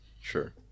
sure